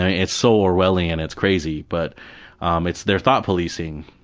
ah it's so orwellian, it's crazy, but um it's their thought policing.